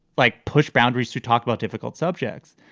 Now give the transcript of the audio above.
like, push boundaries to talk about difficult subjects.